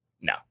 No